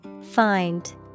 Find